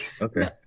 okay